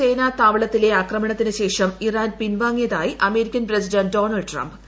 സേനാ താവളത്തില്ലെ ആക്രമണത്തിനു ശേഷം ഇറാൻ പിൻവാങ്ങിയതായി അമ്മേരിക്കൻ പ്രസിഡന്റ് ഡൊണാൾഡ് ട്രംപ്